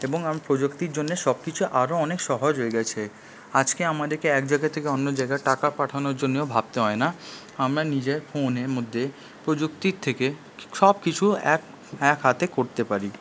এবং আমি প্রজুক্তির জন্য সব কিছু আরো অনেক সহজ হয়ে গেছে আজকে আমাদেরকে এক জায়গা থেকে অন্য জায়গায় টাকা পাঠানোর জন্যও ভাবতে হয় না আমরা নিজেরা ফোনের মধ্যে প্রজুক্তির থেকে সব কিছু এক এক হাতে করতে পারি